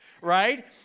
right